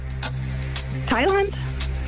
Thailand